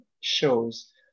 shows